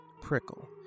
prickle